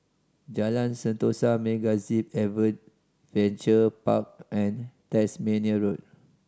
Jalan Sentosa MegaZip Adventure Park and Tasmania Road